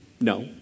No